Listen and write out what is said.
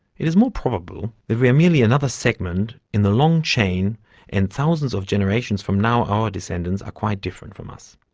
it is more probable that we are merely another segment in the long chain and thousands of generations from now our descendants are quite different from us.